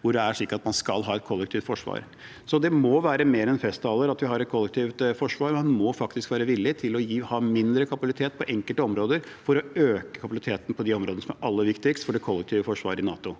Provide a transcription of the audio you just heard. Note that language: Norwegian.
hvor det står at man skal ha et kollektivt forsvar. Så det må være mer enn festtaler når det gjelder at vi skal ha et kollektivt forsvar. Man må faktisk være villig til å ha mindre kapabilitet på enkelte områder for å øke kapabiliteten på de områdene som er aller viktigst for det kollektive forsvaret i NATO.